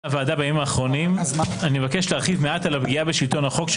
וכל היחידות של הממשלה.